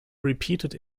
repeated